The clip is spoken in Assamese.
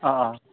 অঁ